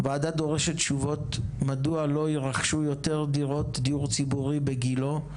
הוועדה דורשת תשובות מדוע לא יירכשו יותר דירות דיור ציבורי בגילה,